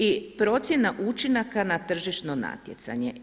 I procjena učinaka na tržišno natjecanje.